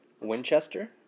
Winchester